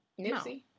Nipsey